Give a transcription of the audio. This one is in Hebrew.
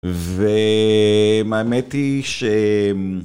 והאמת היא שהם